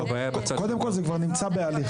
קודם כל זה כבר נמצא בהליך.